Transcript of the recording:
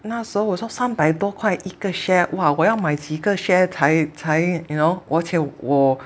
那时候我从三百多块一个 share 哇我要买几个 share 才才 you know 而且我